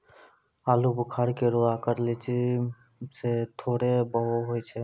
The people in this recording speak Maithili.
आलूबुखारा केरो आकर लीची सें थोरे बड़ो होय छै